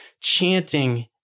chanting